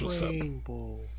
rainbow